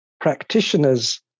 practitioners